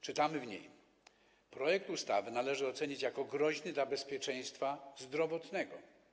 Czytamy w niej: „Projekt ustawy należy ocenić jako groźny dla bezpieczeństwa zdrowotnego”